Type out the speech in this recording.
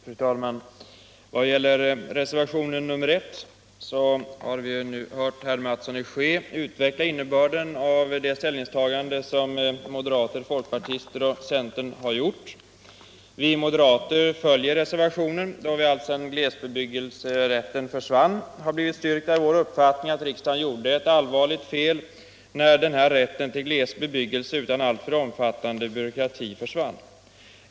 Fru talman! Vad gäller reservationen 1 har herr Mattsson i Skee utvecklat innebörden av det ställningstagande som moderater, folkpartister och centerpartister har gjort. Vi moderater följer reservationen, då vi alltsedan glesbebyggelserätten försvann har blivit styrkta i vår uppfattning att riksdagen gjorde ett allvarligt fel, när denna allmänna rätt till glesbebyggelse utan alltför omfattande byråkrati försvann.